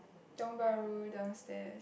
Tiong-Bahru downstairs